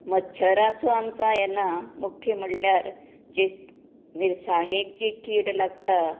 मच्छराचो आमकां हे ना मूख्य म्हणल्यार जे मिरसांगेची किड लागता